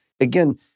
Again